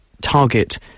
target